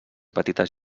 petites